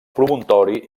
promontori